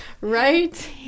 Right